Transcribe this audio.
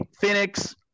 Phoenix